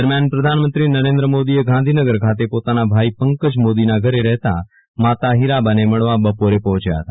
દરમ્યાન પ્રધાનમંત્રી નરેન્દ્ર મોદીએ ગાંધીનગર ખાતે પોતાના ભાઈ પંકજ મોદીના ઘરે રહેતા માતા હીરાબાને મળવા બપોરે પહોંચ્યા હતા